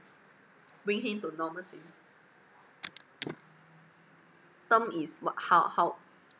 bring him to normal se~ term is wh~ how how